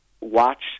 watch